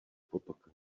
potoka